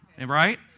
Right